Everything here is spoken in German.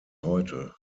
heute